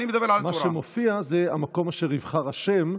מה שמופיע זה "המקום אשר יבחר ה'",